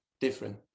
different